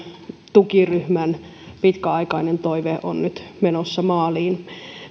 tukiryhmän pitkäaikainen toive on nyt menossa maaliin